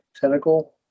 tentacle